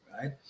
right